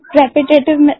repetitive